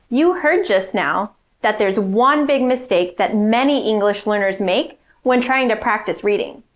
you heard just now that there's one big mistake that many english learners make when trying to practice reading.